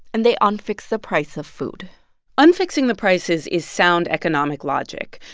and they unfix the price of food unfixing the prices is sound economic logic.